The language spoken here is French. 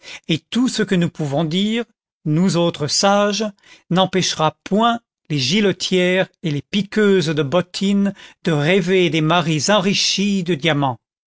et tout ce que nous pouvons dire nous autres sages n'empêchera point les giletières et les piqueuses de bottines de rêver des maris enrichis de diamants